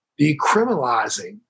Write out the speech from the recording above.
decriminalizing